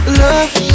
love